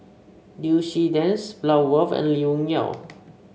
Liu Si Dennis Bloodworth and Lee Wung Yew